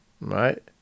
right